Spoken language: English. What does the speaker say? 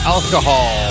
Alcohol